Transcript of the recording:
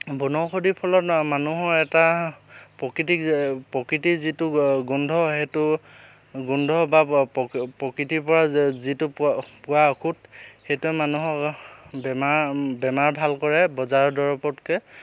বনৌষধিৰ ফলত মানুহৰ এটা প্ৰকৃতিক প্ৰকৃতি যিটো গোন্ধ সেইটো গোন্ধ বা প্ৰকৃতিৰ পৰা যিটো পোৱা পোৱা ঔষধ সেইটোৱে মানুহক বেমাৰ বেমাৰ ভাল কৰে বজাৰৰ দৰৱতকৈ